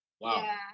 Wow